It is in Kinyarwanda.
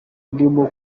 ndimo